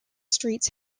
streets